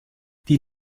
die